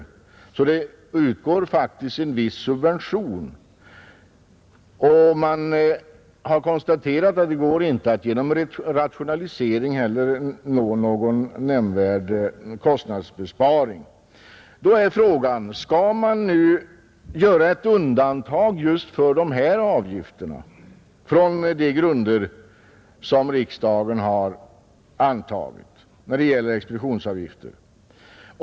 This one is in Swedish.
Det utgår för bevis om förvärv faktiskt en viss subvention, och man har konstaterat att det inte heller 4v Svenskt medborgår att genom rationalisering nå någon nämnvärd kostnadsbesparing. garskap Då är frågan: Skall man nu just för dessa avgifter göra ett undantag från de grunder som riksdagen antagit när det gäller expeditionsavgifter?